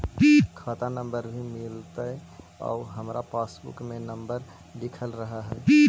खाता नंबर भी मिलतै आउ हमरा पासबुक में नंबर लिखल रह है?